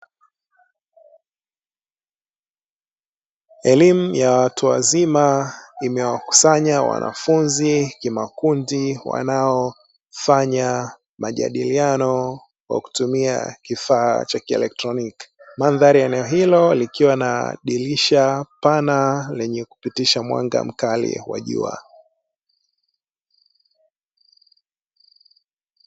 Elimu ya watu wazima, imewakusanya wanafunzi kimakundi wanaofanya majadiliano kwa kutumia kifaa cha kielektroniki. Mandhari ya eneo hilo likiwa na dirisha pana lenye kupitisha mwanga mkali wa jua.